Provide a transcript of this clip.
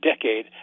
decade